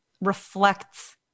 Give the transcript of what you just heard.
reflects